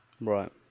right